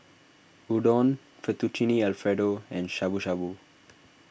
Udon Fettuccine Alfredo and Shabu Shabu